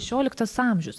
šešioliktas amžius